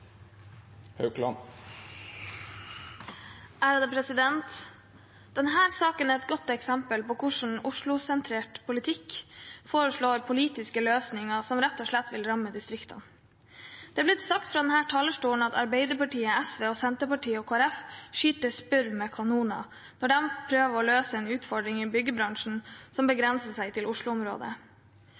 saken er et godt eksempel på hvordan Oslo-sentrerte politikere foreslår politiske løsninger som rett og slett vil ramme distriktene. Det er blitt sagt fra denne talerstolen at Arbeiderpartiet, SV, Senterpartiet og Kristelig Folkeparti skyter spurv med kanoner når de prøver å løse en utfordring i byggebransjen som begrenser seg til